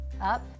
up